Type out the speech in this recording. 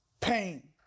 pain